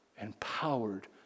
empowered